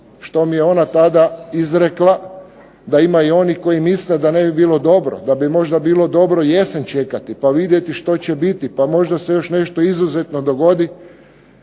što mi je ona tada izrekla da ima i onih koji misle da ne bi bilo dobro, da bi možda bilo dobro jesen čekati pa vidjeti što će biti, pa možda se još nešto izuzetno dogodi,